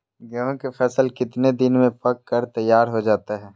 गेंहू के फसल कितने दिन में पक कर तैयार हो जाता है